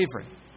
favorite